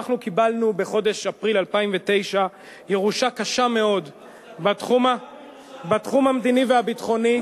אנחנו קיבלנו בחודש אפריל 2009 ירושה קשה מאוד בתחום המדיני והביטחוני,